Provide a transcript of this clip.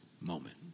moment